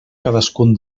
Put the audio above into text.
cadascun